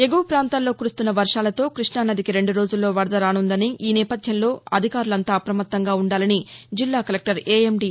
ఎగువ ప్రాంతాల్లో కురుస్తున్న వర్షాలతో కృష్ణం నదికి రెండు రోజుల్లో వరద రానుందని ఈ నేపథ్యంలో క్బష్టాజిల్లా అధికారులంతా అప్రమత్తంగా ఉండాలని జిల్లా కలెక్టర్ ఏఎండీ